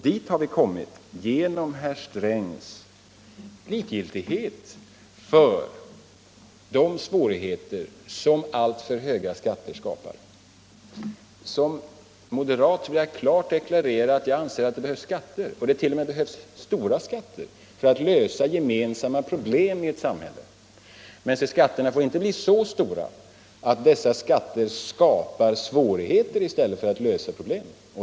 Dit har vi kommit genom herr Strängs likgiltighet för de svårigheter som alltför höga skatter skapar. Som moderat vill jag klart deklarera att jag anser att det behövs skatter, t.o.m. stora skatter, för at lösa gemensamma problem i ett samhälle. Men skatterna får inte bli så stora att de skapar svårigheter i stället för att lösa problem.